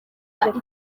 myaka